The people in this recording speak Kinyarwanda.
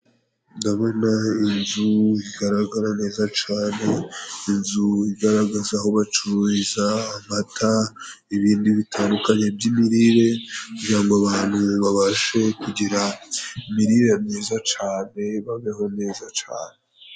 Ndabona inzu igaragara neza cane, inzu igaragaza aho bacururiza amata, ibindi bitandukanye by'imirire kugira ngo abantu babashe kugira imirire myiza cane babeho neza cane.